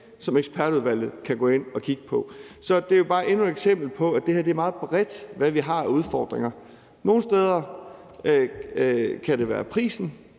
som ekspertudvalget kan gå ind og kigge på. Så det er bare endnu et eksempel på, at det er meget bredt, hvad vi har af udfordringer. Nogle steder kan det være prisen,